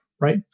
right